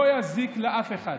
לא יזיקו לאף אחד.